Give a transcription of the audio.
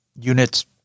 units